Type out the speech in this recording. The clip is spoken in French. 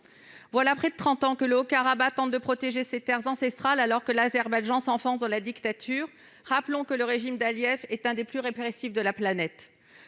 Voilà près de trente ans que le Haut-Karabakh tente de protéger ses terres ancestrales, alors que l'Azerbaïdjan s'enfonce dans la dictature- rappelons que le régime d'Aliyev est l'un des plus répressifs de la planète